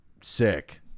sick